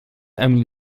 emil